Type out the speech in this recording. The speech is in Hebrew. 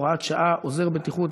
הוראת שעה) (עוזר בטיחות),